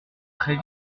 très